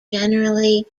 generally